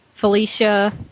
Felicia